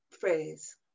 phrase